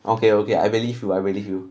okay okay I believe you I believe you